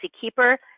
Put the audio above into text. keeper